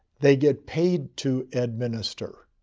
they get paid to administer.